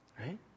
Right